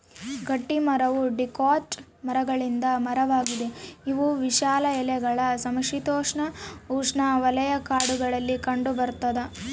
ಗಟ್ಟಿಮರವು ಡಿಕಾಟ್ ಮರಗಳಿಂದ ಮರವಾಗಿದೆ ಇವು ವಿಶಾಲ ಎಲೆಗಳ ಸಮಶೀತೋಷ್ಣಉಷ್ಣವಲಯ ಕಾಡುಗಳಲ್ಲಿ ಕಂಡುಬರ್ತದ